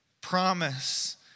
promise